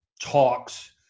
talks